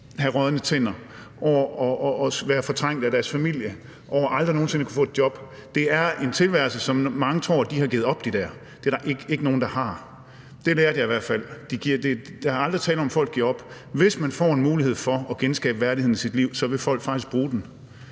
have rådne tænder og være fortrængt af deres familie og aldrig nogen sinde kunne få et job. Det er en tilværelse, som får mange andre til at tro, at de har givet op. Det er der ikke nogen der har. Det lærte jeg i hvert fald. Der er aldrig tale om, at folk giver op. Hvis man får en mulighed for at genskabe værdigheden i sit liv, vil folk faktisk bruge den.